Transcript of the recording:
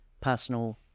personal